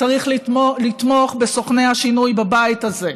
צריך לתמוך בסוכני השינוי בבית הזה,